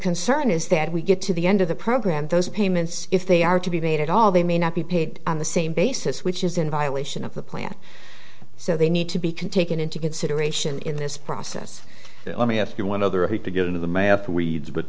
concern is that we get to the end of the program those payments if they are to be made at all they may not be paid on the same basis which is in violation of the plan so they need to be can take into consideration in this process let me ask you one other have to get into the math weeds